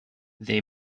they